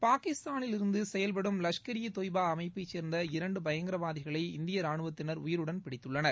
பாகிஸ்தானில் இருந்து செயல்படும் லஷ்கர் இ தொய்பா அமைப்பை சேர்ந்த இரண்டு பயங்கரவாதிகளை இந்திய ராணுவத்தினர் உயிருடன் பிடித்துள்ளனர்